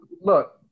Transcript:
look